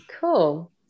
cool